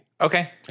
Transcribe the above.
Okay